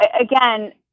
again